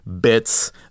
bits